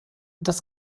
das